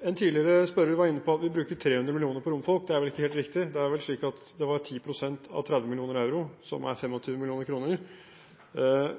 En tidligere spørrer var inne på at vi bruker 300 mill. kr på romfolk – det er vel ikke helt riktig, det er vel slik at det var 10 pst. av 30 mill. euro, som er 25 mill. kr.